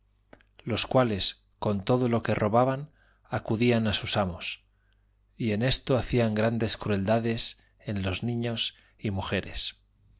o l o q u e robaban acudían á sus amos y en esto hacían g r a n d e s crueldades en los niños y m